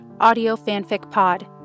audiofanficpod